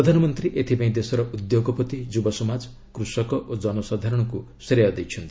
ପ୍ରଧାନମନ୍ତ୍ରୀ ଏଥିପାଇଁ ଦେଶର ଉଦ୍ୟୋଗପତି ଯୁବସମାଜ କୂଷକ ଓ ଜନସାଧାରଣଙ୍କୁ ଶ୍ରେୟ ଦେଇଛନ୍ତି